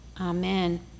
amen